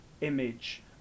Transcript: image